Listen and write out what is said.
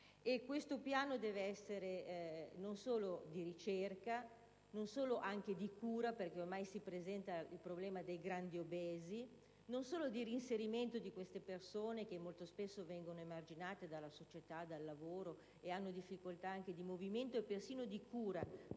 Questo piano deve essere non solo di ricerca, ma anche di cura - ormai si presenta il problema dei grandi obesi - e di reinserimento di queste persone, che molto spesso vengono emarginate dalla società e dal lavoro e hanno difficoltà di movimento e persino di cura,